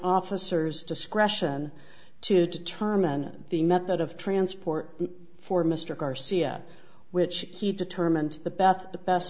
officers discretion to determine the method of transport for mr garcia which he determined the bath the best